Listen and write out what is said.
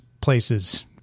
places